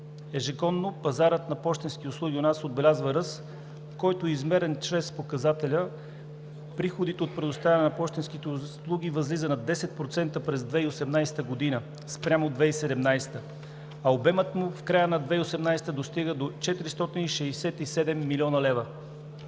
Ежегодно пазарът на пощенски услуги у нас отбелязва ръст, който е измерен чрез показателя – приходите от предоставяне на пощенските услуги възлиза на 10% през 2018 г. спрямо 2017 г., а обемът му в края на 2018 г. достига до 467 млн. лв.